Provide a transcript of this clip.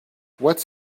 what’s